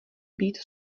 být